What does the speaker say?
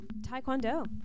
Taekwondo